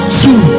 two